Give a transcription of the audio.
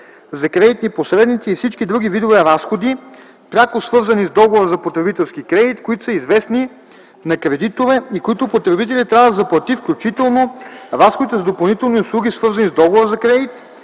за кредитни посредници и всички други видове разходи, пряко свързани с договора за потребителски кредит, които са известни на кредитора и които потребителят трябва да заплати, включително разходите за допълнителни услуги, свързани с договора за кредит,